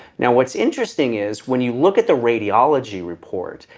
now what's interesting is when you look at the radiology report,